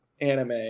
anime